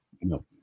No